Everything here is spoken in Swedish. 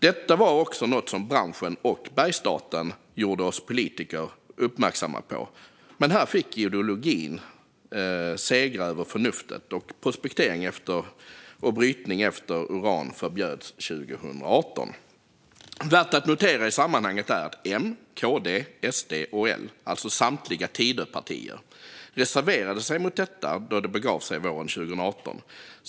Detta var också något som branschen och Bergsstaten gjorde oss politiker uppmärksamma på, men här fick ideologin segra över förnuftet, och prospektering efter och brytning av uran förbjöds 2018. Värt att notera i sammanhanget är att M, KD, SD och L, alltså samtliga Tidöpartier, reserverade sig mot detta då det begav sig våren 2018.